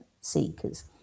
seekers